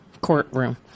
courtroom